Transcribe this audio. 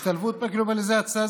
ההשתלבות בגלובליזציה,